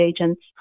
agents